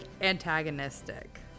antagonistic